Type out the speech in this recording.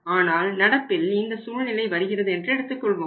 ஆனால் நடப்பில் இந்த சூழ்நிலை வருகிறது என்று எடுத்துக் கொள்வோம்